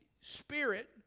spirit